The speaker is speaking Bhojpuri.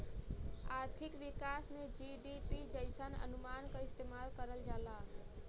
आर्थिक विकास में जी.डी.पी जइसन अनुमान क इस्तेमाल करल जाला